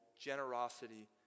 generosity